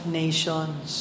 nations